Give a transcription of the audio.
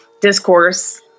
discourse